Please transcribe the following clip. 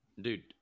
Dude